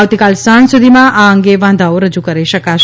આવતીકાલ સાંજ સુધીમાં આ અંગે વાંધાઓ રજૂ કરી શકાશે